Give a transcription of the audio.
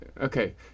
Okay